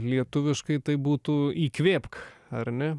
lietuviškai tai būtų įkvėpk ar ne